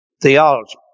theology